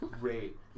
great